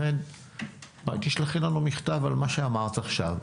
לכן, תשלחי לנו מכתב על מה שאמרת עכשיו.